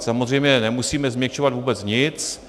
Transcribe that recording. Samozřejmě nemusíme změkčovat vůbec nic.